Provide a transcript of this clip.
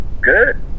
good